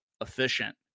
efficient